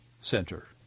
Center